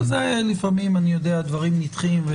אבל לפעמים אני יודע הדברים נדחים.